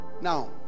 Now